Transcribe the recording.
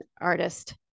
artist